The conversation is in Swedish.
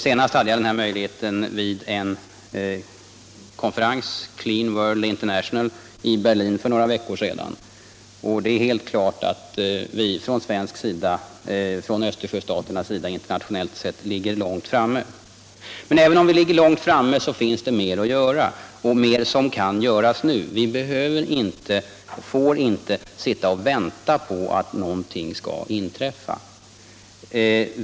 Senast hade jag möjlighet att göra det vid en konferens — Clean World International — i Berlin för några veckor sedan. Det är helt klart att Östersjöstaterna internationellt sett ligger långt framme. Men även om vi ligger långt framme finns det mer att göra, och mer som kan göras nu. Vi behöver inte och får inte vänta på att någonting skall inträffa.